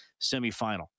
semifinal